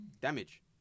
Damage